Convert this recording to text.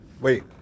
Wait